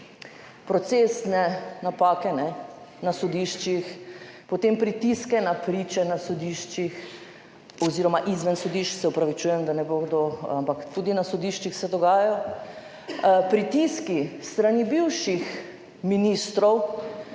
procesne napake na sodiščih, potem pritiske na priče na sodiščih oziroma izven sodišč, se opravičujem, da ne bo kdo, ampak tudi na sodiščih se dogajajo. Pritiski s strani bivših ministrov,